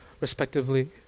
Respectively